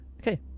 Okay